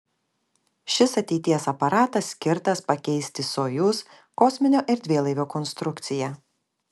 šis ateities aparatas skirtas pakeisti sojuz kosminio erdvėlaivio konstrukciją